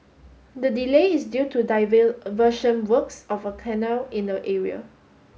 the delay is due to works of a canal in the area